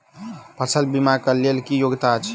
फसल बीमा केँ लेल की योग्यता अछि?